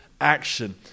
action